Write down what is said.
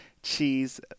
cheese